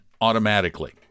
automatically